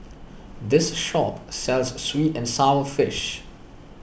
this shop sells Sweet and Sour Fish